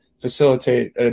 facilitate